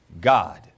God